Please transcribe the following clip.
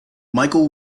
michael